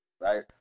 right